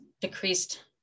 decreased